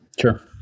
Sure